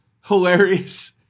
hilarious